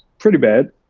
pretty bad,